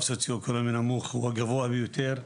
סוציו אקונומי נמוך הוא הגבוה ביותר,